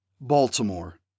Baltimore